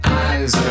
eyes